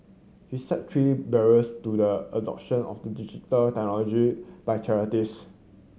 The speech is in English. she cited three barriers to the adoption of the digital technology by charities